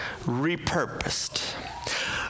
repurposed